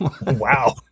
Wow